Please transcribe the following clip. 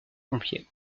pompiers